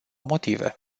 motive